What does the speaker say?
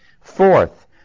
Fourth